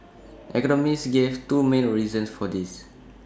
economists gave two main reasons for this